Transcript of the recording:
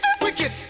wicked